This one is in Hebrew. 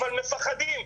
אבל מפחדים,